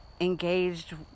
engaged